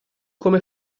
come